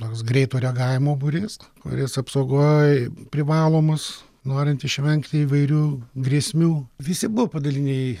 toks greito reagavimo būrys kuris apsaugoj privalomas norint išvengti įvairių grėsmių visi buvo padaliniai